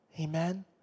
Amen